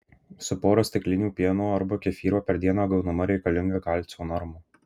su pora stiklinių pieno arba kefyro per dieną gaunama reikalinga kalcio norma